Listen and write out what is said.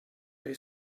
they